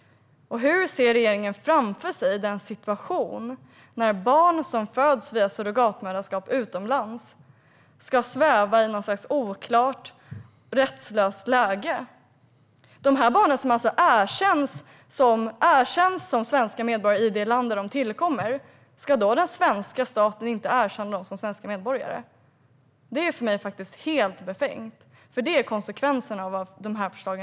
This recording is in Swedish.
Och hur ser regeringen framför sig situationen när barn som föds via surrogatmoderskap utomlands ska sväva i något slags oklart, rättslöst läge? De här barnen erkänns som svenska medborgare i landet där de tillkommer. Ska då den svenska staten inte erkänna dem som svenska medborgare? Det är för mig helt befängt, och det är konsekvensen av dessa förslag.